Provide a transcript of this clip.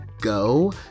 go